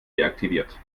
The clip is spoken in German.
deaktiviert